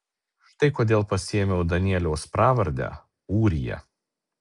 štai kodėl pasiėmiau danieliaus pravardę ūrija